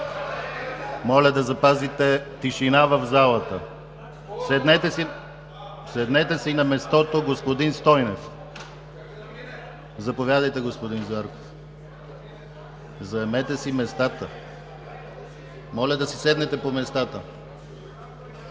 Моля да запазите тишина в залата! Седнете си на мястото, господин Стойнев! Заповядайте, господин Зарков. Заемете си местата! Моля да си седнете по местата!